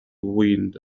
wind